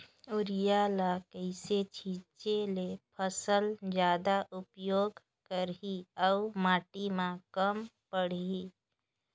Urea ल कइसे छीचे ल फसल जादा उपयोग करही अउ माटी म कम माढ़ही?